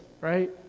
Right